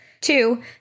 Two